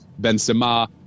Benzema